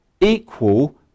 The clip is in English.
equal